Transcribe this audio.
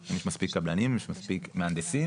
אם יש מספיק קבלנים, אם יש מספיק מהנדסים.